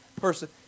person